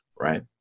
right